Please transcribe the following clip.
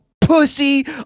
pussy